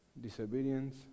Disobedience